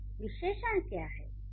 तो विशेषण क्या हैं